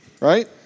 Right